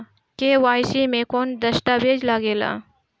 KYC मे कौन दश्तावेज लागेला?